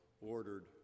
ordered